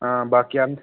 हां बाकी आंदे